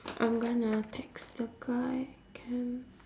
I'm gonna text the guy can